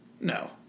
No